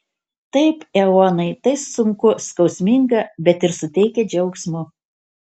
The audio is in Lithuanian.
taip eonai tai sunku skausminga bet ir suteikia džiaugsmo